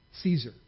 Caesar